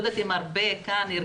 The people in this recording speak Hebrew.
לא